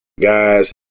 Guys